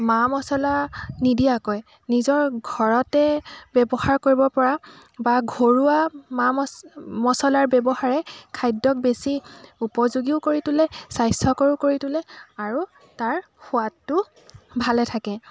মা মছলা নিদিয়াকৈ নিজৰ ঘৰতে ব্যৱহাৰ কৰিব পৰা বা ঘৰুৱা মা মছ মছলাৰ ব্যৱহাৰে খাদ্যত বেছি উপযোগীও কৰি তুলে স্বাস্থ্যকৰো কৰি তুলে আৰু তাৰ সোৱাদটো ভালে থাকে